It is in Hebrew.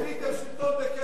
קצב היה בליכוד.